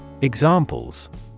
Examples